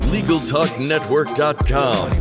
LegalTalkNetwork.com